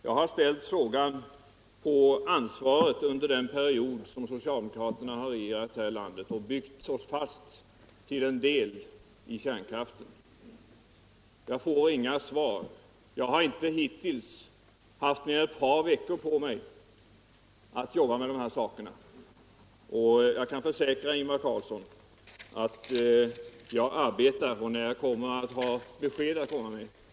Jag har ställt frågan om ansvaret för den period som soctaldemokraterna regerat här i ländet och till en del byggt oss fast vid kärnkraften. Jag får inga svar. Jag har hittills inte haft mer än ett par veckor på mig att jobbu med denna fråga och jag kan tförsäkra Ingvar Carlsson om att jag arbetar och när jag har besked kommer jag att lämna dem.